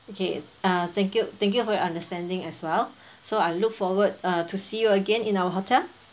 okay uh thank you thank you for your understanding as well so I look forward uh to see you again in our hotel